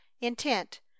intent